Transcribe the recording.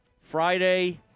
Friday –